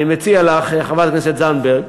אני מציע לך, חברת הכנסת זנדברג,